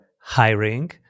hiring